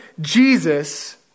Jesus